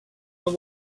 this